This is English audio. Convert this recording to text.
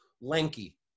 lanky